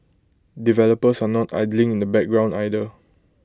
developers are not idling in the background either